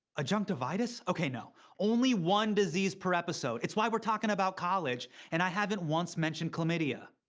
adjunctivitis? okay no, only one disease per episode. it's why we're talking about college and i haven't once mentioned chlamydia.